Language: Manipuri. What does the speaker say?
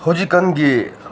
ꯍꯧꯖꯤꯛꯀꯥꯟꯒꯤ